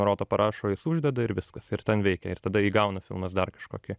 roto parašo jis uždeda ir viskas ir ten veikia ir tada įgauna filmas dar kažkokį